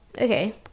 okay